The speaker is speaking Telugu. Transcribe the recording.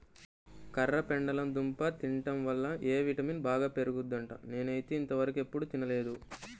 కర్రపెండలం దుంప తింటం వల్ల ఎ విటమిన్ బాగా పెరుగుద్దంట, నేనైతే ఇంతవరకెప్పుడు తినలేదు